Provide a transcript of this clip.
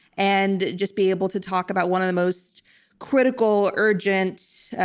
and just be able to talk about one of the most critical, urgent,